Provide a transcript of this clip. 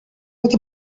what